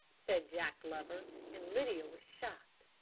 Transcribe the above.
said jack glover, and lydia was shocked.